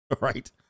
right